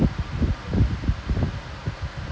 bracket tamil then put நல்ல:nalla